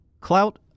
Clout